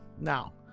Now